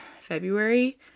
February